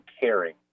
caring